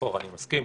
אני מסכים.